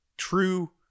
True